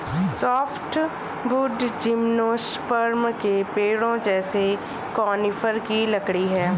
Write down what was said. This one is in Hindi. सॉफ्टवुड जिम्नोस्पर्म के पेड़ों जैसे कॉनिफ़र की लकड़ी है